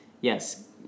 yes